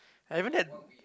I haven't had